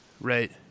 Right